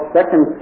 Second